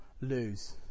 lose